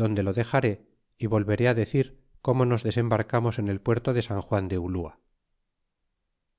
donde lo dexaré é volveré decir como nos desembarcamos en el puerto de san juan de ulua